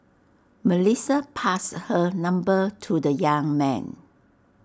Melissa passed her number to the young man